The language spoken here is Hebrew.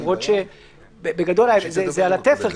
למרות שבגדול זה על התפר,